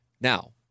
now